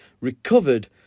recovered